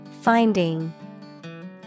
Finding